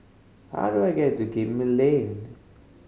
how do I get to Gemmill Lane